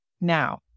Now